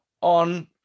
on